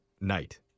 night